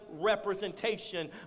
representation